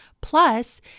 Plus